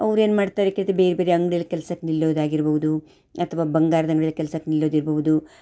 ಅವ್ರು ಏನು ಮಾಡ್ತಾರೆ ಕೇಳ್ತಿ ಬೇರೆ ಬೇರೆ ಅಂಗಡಿಯಲ್ಲಿ ಕೆಲ್ಸಕ್ಕೆ ನಿಲ್ಲೋದು ಆಗಿರ್ಬೋದು ಅಥವಾ ಬಂಗಾರದ ಅಂಗಡಿಯಲ್ಲಿ ಕೆಲ್ಸಕ್ಕೆ ನಿಲ್ಲೋದು ಇರ್ಬೋದು